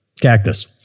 cactus